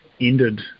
ended